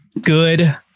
good